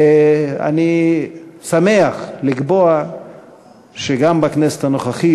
אני שמח לקבוע שגם בכנסת הנוכחית,